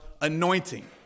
anointing